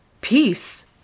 peace